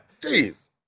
Jeez